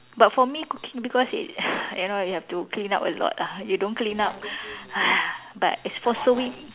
but for me cooking because it you know you have to clean up a lot ah you know you don't clean up but as for sewing